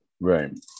Right